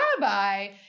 rabbi